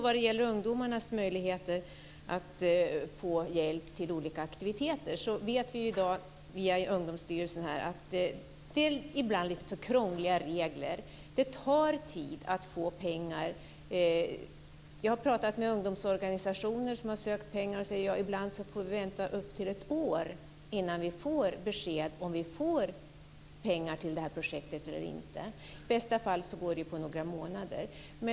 Vad gäller ungdomarnas möjligheter att få hjälp till olika aktiviteter vet vi i dag via Ungdomsstyrelsen att det ibland är lite för krångliga regler. Det tar tid att få pengar. Jag har pratat med ungdomsorganisationer som har sökt pengar och de säger: Ibland får vi vänta upp till ett år innan vi får besked om vi får pengar till det här projektet eller inte. I bästa fall går det på några månader.